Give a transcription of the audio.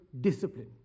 discipline